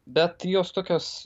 bet jos tokios